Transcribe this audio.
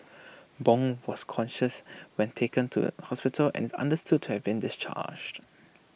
Bong was conscious when taken to hospital and understood to have been discharged